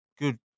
good